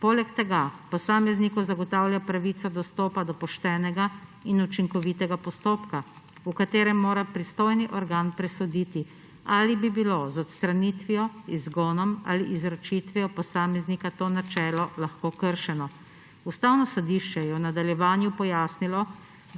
Poleg tega posamezniku zagotavlja pravico do vstopa do poštenega in učinkovitega postopka, v katerem mora pristojni organ presoditi, ali bi bilo z odstranitvijo, izgonom ali izročitvijo posameznika to načelo lahko kršeno. Ustavno sodišče je v nadaljevanju pojasnilo,